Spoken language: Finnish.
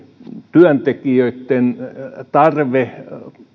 työntekijöitten tarve